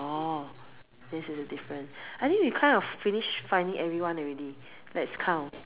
orh this is the difference I think we kind of finish finding everyone already let's count